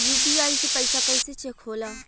UPI से पैसा कैसे चेक होला?